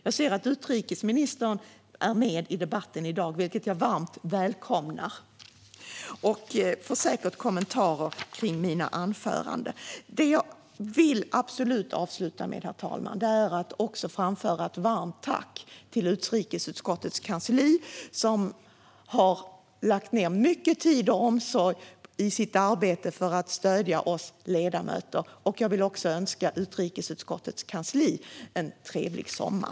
Jag ser att utrikesministern är med här i debatten i dag, vilket jag varmt välkomnar. Jag kommer säkert att få kommentarer kring mitt anförande. Det jag absolut vill avsluta med, herr talman, är att framföra ett varmt tack till utrikesutskottets kansli, som har lagt ned mycket tid och omsorg i sitt arbete för att stödja oss ledamöter. Jag vill också önska utrikesutskottets kansli en trevlig sommar!